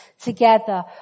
together